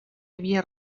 havia